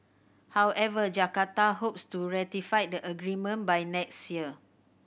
however Jakarta hopes to ratify the agreement by next year